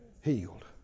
healed